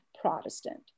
Protestant